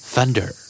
Thunder